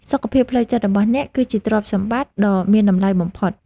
សុខភាពផ្លូវចិត្តរបស់អ្នក គឺជាទ្រព្យសម្បត្តិដ៏មានតម្លៃបំផុត។